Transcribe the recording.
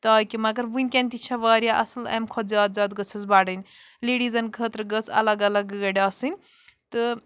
تاکہِ مگر وٕنۍکٮ۪ن تہِ چھےٚ واریاہ اَصٕل اَمہِ کھۄتہٕ زیادٕ زیادٕ گٔژھٕس بَڑٕنۍ لیڈیٖزَن خٲطرٕ گٔژھ اَلگ اَلگ گٲڑۍ آسٕنۍ تہٕ